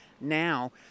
now